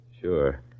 Sure